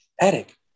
attic